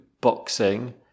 boxing